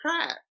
crap